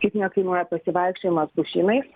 kaip nekainuoja pasivaikščiojimas pušynais